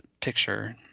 picture